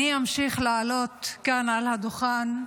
אני אמשיך לעלות כאן על הדוכן,